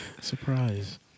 Surprise